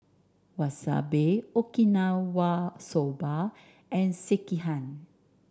Wasabi Okinawa Soba and Sekihan